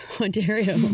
Ontario